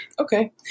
Okay